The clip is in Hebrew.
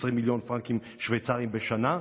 20 מיליון פרנקים שוויצריים בשנה.